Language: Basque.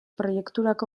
proiekturako